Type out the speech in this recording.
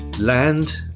Land